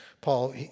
Paul